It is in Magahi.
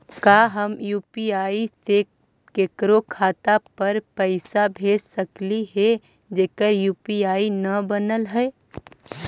का हम यु.पी.आई से केकरो खाता पर पैसा भेज सकली हे जेकर यु.पी.आई न बनल है?